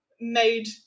made